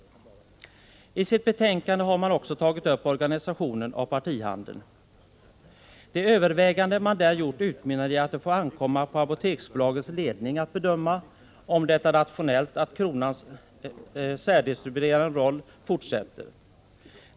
I sitt betänkande har man också tagit upp organisationen av partihandeln. De överväganden man där gjort utmynnar i att det får ankomma på Apoteksbolagets ledning att bedöma om det är rationellt att Kronans särdistribuerande roll fortsätter.